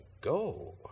go